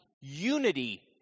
unity